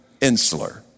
insular